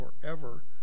forever